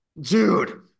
Dude